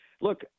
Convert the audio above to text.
Look